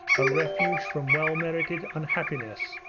a refuge from well-merited unhappiness,